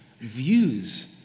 views